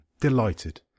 Delighted